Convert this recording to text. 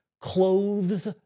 clothes